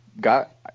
got